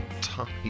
Tommy